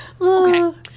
Okay